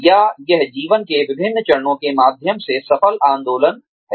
या यह जीवन के विभिन्न चरणों के माध्यम से सफल आंदोलन है